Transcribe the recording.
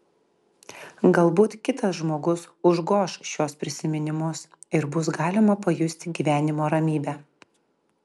galbūt kitas žmogus užgoš šiuos prisiminimus ir bus galima pajusti gyvenimo ramybę